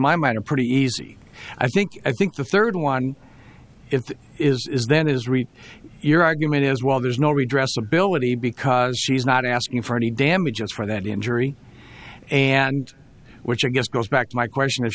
matter pretty easy i think i think the third one if it is then is read your argument is well there's no redress ability because she's not asking for any damages for that injury and which i guess goes back to my question